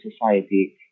society